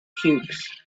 cubes